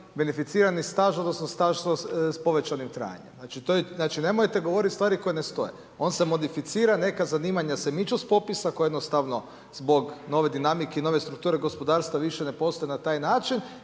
beneficirani staž , odnosno staž s povećanim trajanjem. Znači nemojte govoriti stvari koje ne stoje. On se modificira, neka zanimanja se miču s popisa, jednostavno zbog nove dinamike i nove strukture gospodarstva, više ne postoje na taj način,